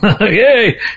Yay